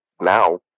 now